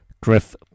Griff